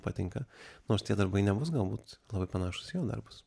patinka nors tie darbai nebus galbūt labai panašūs į jo darbus